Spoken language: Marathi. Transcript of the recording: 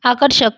आकर्षक